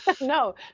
No